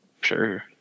sure